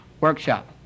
workshop